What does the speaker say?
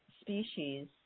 species